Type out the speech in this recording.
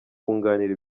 kunganira